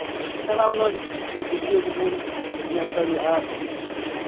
ᱱᱟᱱᱟ ᱦᱩᱱᱟᱹᱨ ᱵᱷᱤᱰᱭᱳ ᱠᱚᱵᱚᱱ ᱧᱮᱞ ᱫᱟᱲᱮᱭᱟᱜᱼᱟ